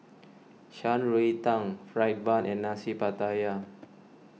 Shan Rui Tang Fried Bun and Nasi Pattaya